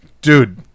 dude